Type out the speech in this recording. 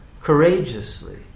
courageously